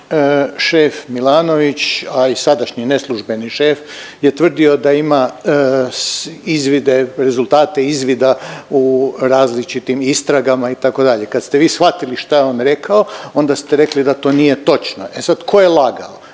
šef Milanović, a i sadašnji neslužbeni šef je tvrdio da ima izvide, rezultate izvida u različitim istragama itd. Kad ste vi shvatili šta je on rekao onda ste rekli da to nije točno. E sad tko je lagao,